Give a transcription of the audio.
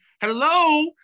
Hello